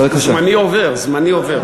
זמני עובר, עבר.